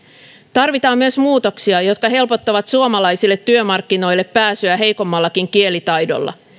tarvitaan myös muutoksia jotka helpottavat suomalaisille työmarkkinoille pääsyä heikommallakin kielitaidolla